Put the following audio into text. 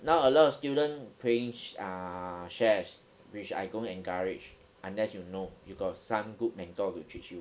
now a lot of student playing sh~ uh shares which I don't encourage unless you know you got some good mentor to teach you